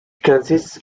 consists